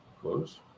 Close